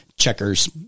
checkers